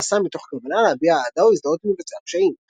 נעשה מתוך כוונה להביע אהדה או הזדהות עם מבצעי הפשעים.